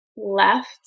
left